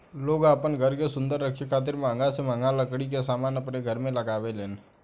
लोग आपन घर के सुंदर रखे खातिर महंगा से महंगा लकड़ी के समान अपन घर में लगावे लेन